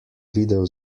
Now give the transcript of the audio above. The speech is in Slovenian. videl